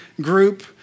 group